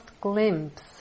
glimpse